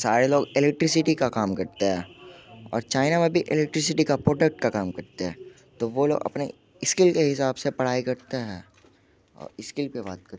सारे लोग इलेक्ट्रिसिटी का काम करते हैं और चाइना में भी इलेक्ट्रिसिटी के प्रोडक्ट का काम करते हैं तो वो लोग अपने इस्किल के हिसाब से पढ़ाई करते हैं और इस्किल पर बात करते हैं